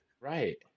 Right